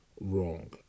wrong